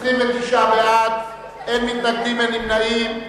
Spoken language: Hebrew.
29 בעד, אין מתנגדים ואין נמנעים.